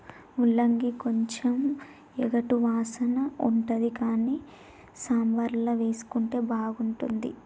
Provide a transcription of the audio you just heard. ముల్లంగి కొంచెం ఎగటు వాసన ఉంటది కానీ సాంబార్ల వేసుకుంటే బాగుంటుంది